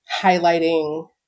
highlighting